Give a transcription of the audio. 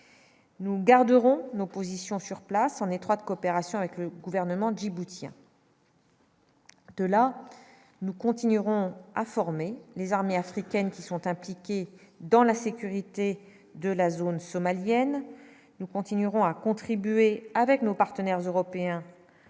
nous garderons nos positions sur place, en étroite coopération avec le gouvernement djiboutien. De là, nous continuerons à former les armées africaines qui sont impliqués dans la sécurité de la zone somalienne, nous continuerons à contribuer, avec nos partenaires européens